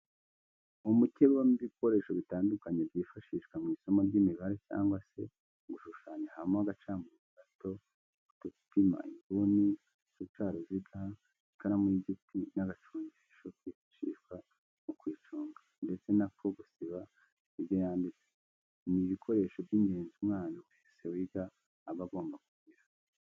Umukebe ubamo ibikoresho bitandukanye byifashishwa mu isomo ry'imibare cyangwa se mu gushushanya habamo agacamurongo gato, udupima inguni, uducaruziga, ikaramu y'igiti n'agakoresho kifashishwa mu kuyiconga ndetse n'ako gusiba ibyo yanditse, ni ibikoresho by'ingenzi umwana wese wiga aba agomba kugira.